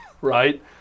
right